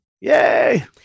Yay